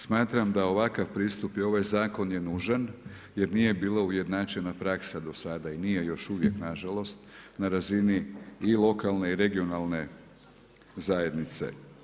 Smatram da ovakav pristup i ovaj zakon je nužan jer nije bila ujednačena praksa do sada i nije još uvijek nažalost na razini i lokalne i regionalne zajednice.